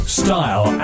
style